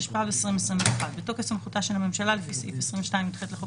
התשפ"ב-2021 בתוקף סמכותה של הממשלה לפי סעיף 22יח לחוק